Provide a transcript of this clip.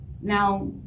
Now